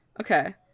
Okay